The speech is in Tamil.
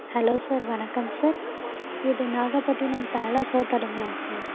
ஹலோ சார் வணக்கம் சார் இது நாகப்பட்டினம் பேலஸ் ஹோட்டலுங்களா சார்